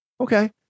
Okay